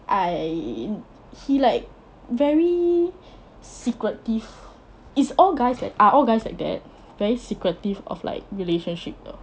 I he like very secretive is all guys like are all guys like that very secretive of like relationship 的